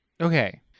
Okay